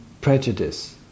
prejudice